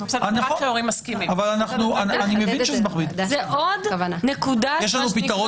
יש לנו פתרון